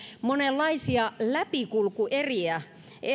monenlaisia läpikulkueriksi